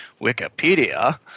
Wikipedia